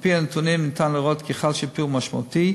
על-פי הנתונים ניתן לראות כי חל שיפור משמעותי.